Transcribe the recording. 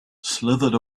slithered